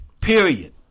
Period